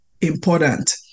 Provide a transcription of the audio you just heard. important